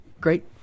great